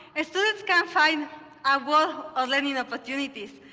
ah students can find a world of learning opportunities.